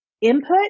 Input